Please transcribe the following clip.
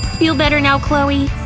feel better now, chloe?